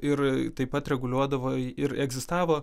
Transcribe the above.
ir taip pat ir reguliuodavo ir egzistavo